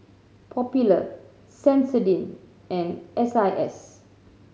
Popular Sensodyne and S I S